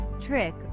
trick